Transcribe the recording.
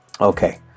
Okay